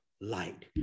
light